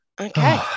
okay